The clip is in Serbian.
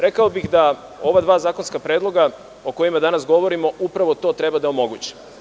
Rekao bih da ova dva zakonska predloga, o kojima danas govorimo, upravo to treba da omoguće.